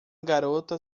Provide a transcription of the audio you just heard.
garota